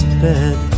bed